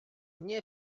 nie